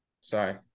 sorry